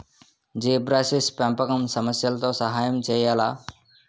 Zebrafish పెంపకం సమస్యలతో సహాయం చేయాలా?